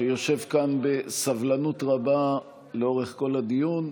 שיושב כאן בסבלנות רבה לאורך כל הדיון,